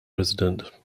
resident